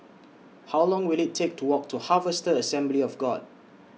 How Long Will IT Take to Walk to Harvester Assembly of God